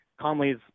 Conley's